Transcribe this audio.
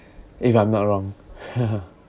if I'm not wrong